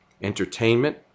entertainment